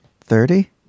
Thirty